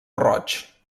roig